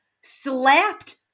slapped